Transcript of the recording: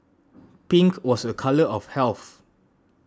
pink was a colour of health